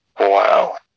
Wow